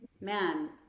man